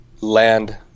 land